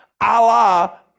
Allah